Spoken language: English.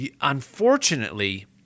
unfortunately